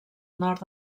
nord